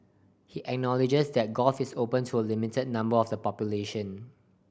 he acknowledges that golf is open to a limited number of the population